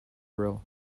grill